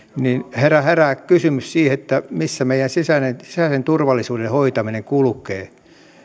herää herää kysymys missä meidän sisäisen turvallisuuden hoitaminen kulkee